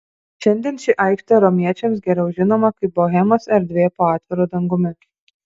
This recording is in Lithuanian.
šiandien ši aikštė romiečiams geriau žinoma kaip bohemos erdvė po atviru dangumi